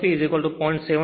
1 hp 0